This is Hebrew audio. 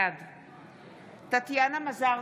בעד טטיאנה מזרסקי,